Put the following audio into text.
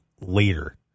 later